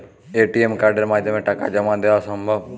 ATM কার্ডের মাধ্যমে টাকা জমা দেওয়া সম্ভব?